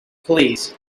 please